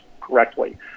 correctly